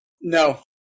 No